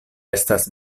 estas